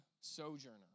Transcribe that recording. sojourner